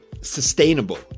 sustainable